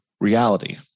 reality